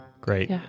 Great